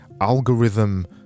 algorithm